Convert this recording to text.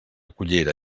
cullera